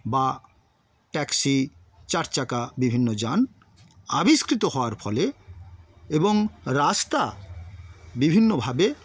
বা ট্যাক্সি চার চাকা বিভিন্ন যান আবিষ্কৃত হওয়ার ফলে এবং রাস্তা বিভিন্নভাবে